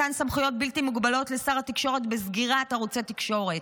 מתן סמכויות בלתי מוגבלות לשר התקשורת בסגירת ערוצי תקשורת,